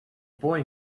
boy